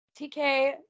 tk